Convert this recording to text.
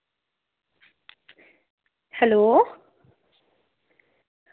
hello